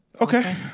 Okay